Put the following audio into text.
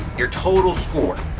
your total score.